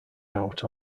out